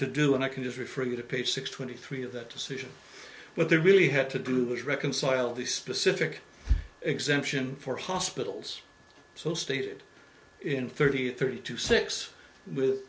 to do and i can just refer you to page six twenty three of that decision what they really had to do which reconcile the specific exemption for hospitals so stated in thirty thirty two six with